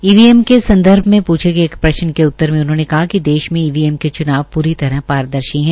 EVM के संदर्भ में पूछे गए एक प्रश्न के उत्तर में उन्होंने कहा कि देश में ईवीएम के च्नाव प्री तरह पारदर्शी है